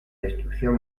destrucción